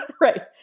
Right